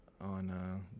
on